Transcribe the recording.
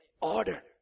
order